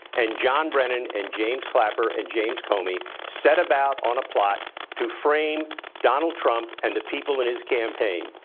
and john brennan and james clapper, and james comey set about on a plot to frame donald trump, and the people in his campaign.